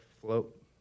float